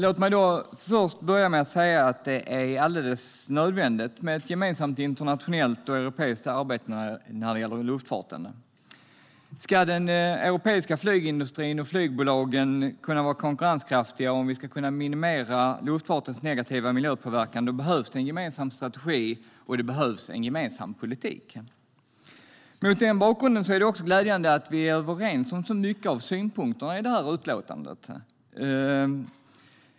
Låt mig börja med att säga att det är helt nödvändigt med ett gemensamt internationellt och europeiskt arbete när det gäller luftfarten. Om den europeiska flygindustrin och flygbolagen ska kunna vara konkurrenskraftiga och om vi ska kunna minimera luftfartens negativa miljöpåverkan behövs en gemensam strategi och en gemensam politik. Mot den bakgrunden är det glädjande att vi är överens om så mycket av synpunkterna i utlåtandet.